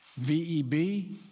VEB